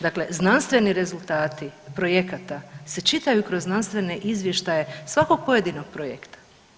Dakle, znanstveni rezultati projekata se čitaju kroz znanstvene izvještaje svakog pojedinog projekat,